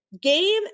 game